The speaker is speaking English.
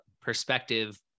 perspective